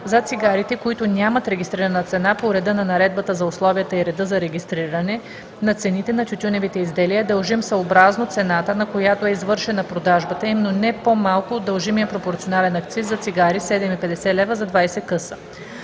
за цигарите, които нямат регистрирана цена по реда на Наредбата за условията и реда за регистриране на цените на тютюневите изделия, е дължим съобразно цената, на която е извършена продажбата им, но не по-малко от дължимия пропорционален акциз за цигари – 7,50 лв. за 20 къса.